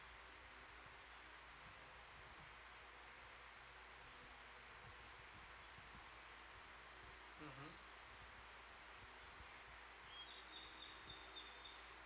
mmhmm